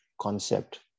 concept